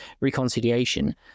reconciliation